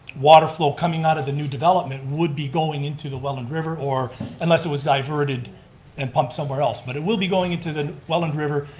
water flow coming out of the new development would be going into the welland river, or unless it was diverted and pumped somewhere else, but it will be going into the welland river,